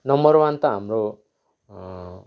number one त हाम्रो